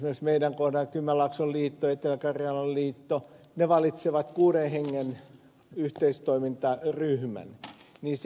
esimerkiksi meidän kohdallamme kymenlaakson liitto ja etelä karjalan liitto valitsevat kuuden hengen yhteistoimintaryhmän